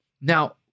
Now